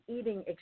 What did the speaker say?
eating